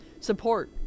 support